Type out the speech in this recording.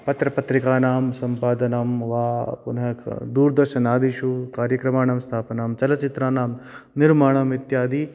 पत्रपत्रिकाणां सम्पादनं वा पुनः दूरदर्शनादिषु कार्यक्रमाणां स्थापनं चलचित्राणां निर्माणम् इत्यादि